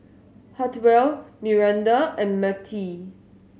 Hartwell Miranda and Mertie